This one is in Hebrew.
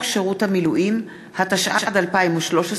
התשע"ד 2013,